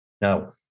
No